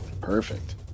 Perfect